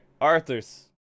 Arthur's